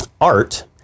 Art